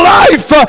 life